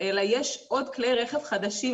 אלא יש עוד כלי רכב חדשים.